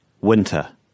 Winter